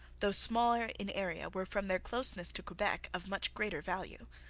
though smaller in area, were from their closeness to quebec of much greater value.